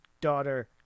daughter